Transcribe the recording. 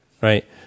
Right